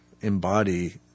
embody